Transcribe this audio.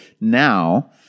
now